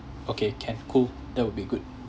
okay can cool that would be good